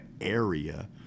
area